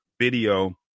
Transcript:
video